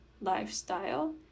lifestyle